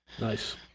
Nice